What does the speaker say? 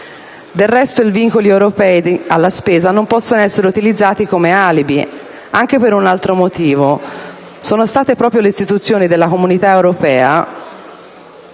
Del resto i vincoli europei alla spesa non possono essere utilizzati come alibi anche per un altro motivo. Sono state proprio le istituzioni della Comunità europea,